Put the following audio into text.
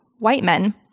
white men.